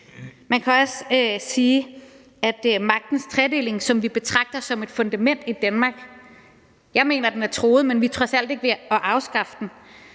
Man kan også sige, at det handler om magtens tredeling, som vi betragter som et fundament i Danmark. Jeg mener, at den er truet, men vi er trods alt ikke ved at afskaffe den.